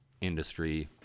industry